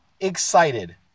excited